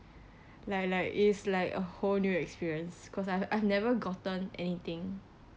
like like it's like a whole new experience because I I've never gotten anything